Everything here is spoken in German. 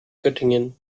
göttingen